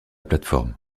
plateforme